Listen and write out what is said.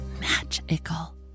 magical